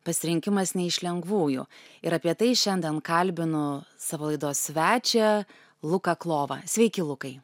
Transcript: pasirinkimas ne iš lengvųjų ir apie tai šiandien kalbinu savo laidos svečią luką klovą sveiki lukai